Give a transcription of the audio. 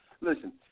Listen